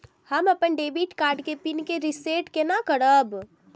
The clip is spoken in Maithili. हम अपन डेबिट कार्ड के पिन के रीसेट केना करब?